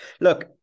Look